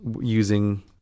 using